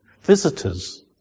Visitors